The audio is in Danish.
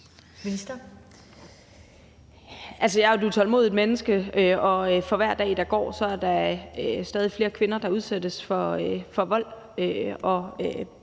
Altså, jeg er jo et utålmodigt menneske, og for hver dag der går, er der stadig flere kvinder, der udsættes for vold,